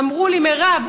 אמרו לי: מירב,